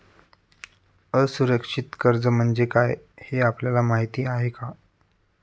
असुरक्षित कर्ज म्हणजे काय हे आपल्याला माहिती आहे का?